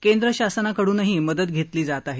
केंद्र शासनाकडूनही मदत घेतली जात आहे